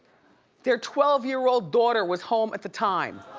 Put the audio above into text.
their twelve year old daughter was home at the time.